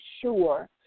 sure